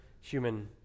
human